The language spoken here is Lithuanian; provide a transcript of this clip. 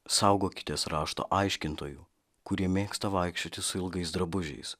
saugokitės rašto aiškintojų kurie mėgsta vaikščioti su ilgais drabužiais